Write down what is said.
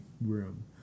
room